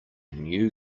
new